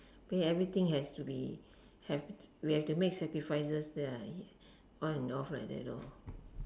I mean everything has to be have we have to make sacrifices there on and off like that lor